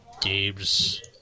Gabe's